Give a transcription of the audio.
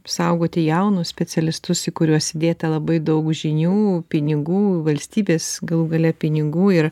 saugoti jaunus specialistus į kuriuos įdėta labai daug žinių pinigų valstybės galų gale pinigų ir